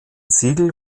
siegel